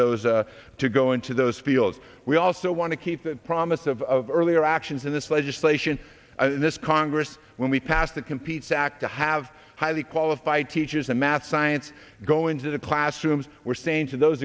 those to go into those fields we also want to keep that promise of earlier actions in this legislation this congress when we pass that competes act to have highly qualified teachers and math science go into the classrooms were saying to those